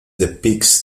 depicts